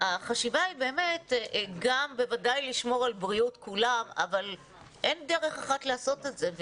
החשיבה היא בוודאי לשמור על כולם אבל אין דרך אחת לעשות את זה.